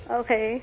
okay